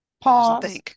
pause